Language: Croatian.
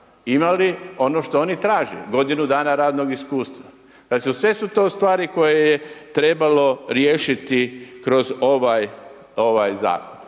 imali ono što oni traže, godinu dana radnog iskustva. Pazite, sve su to stvari koje je trebalo riješiti kroz ovaj zakon.